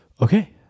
Okay